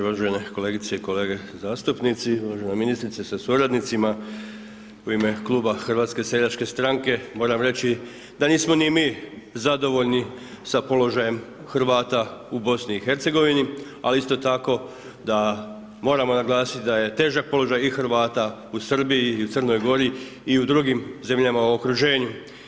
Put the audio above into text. Uvažene kolegice i kolege zastupnici, uvažena ministrice sa suradnicima u ime Kluba HSS-a moram reći da nismo ni mi zadovoljni sa položajem Hrvata u BIH, ali isto tako da moramo naglasiti da je težak položaj i Hrvata u Srbiji i Crnoj Gori i u drugim zemljama u okruženju.